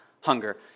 hunger